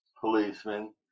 policeman